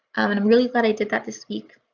and um really glad i did that this week.